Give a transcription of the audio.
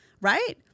right